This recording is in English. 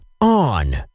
On